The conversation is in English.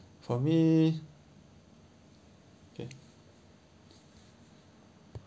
for me okay